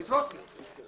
כי לא.